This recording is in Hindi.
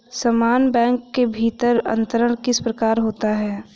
समान बैंक के भीतर अंतरण किस प्रकार का होता है?